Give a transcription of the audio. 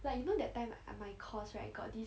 like you know that time I my course right got this